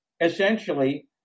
essentially